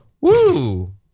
woo